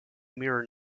mirror